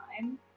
time